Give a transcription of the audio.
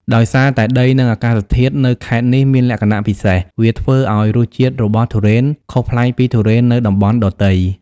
ដោយសារតែដីនិងអាកាសធាតុនៅខេត្តនេះមានលក្ខណៈពិសេស វាធ្វើឲ្យរសជាតិរបស់ទុរេនខុសប្លែកពីទុរេននៅតំបន់ដទៃ។